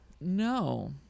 No